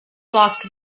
lost